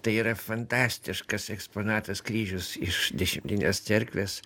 tai yra fantastiškas eksponatas kryžius iš dešimtinės cerkvės